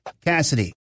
Cassidy